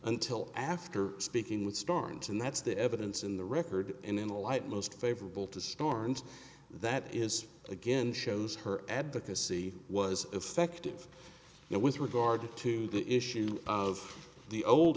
until after speaking with starnes and that's the evidence in the record and in the light most favorable to score and that is again shows her advocacy was effective now with regard to the issue of the old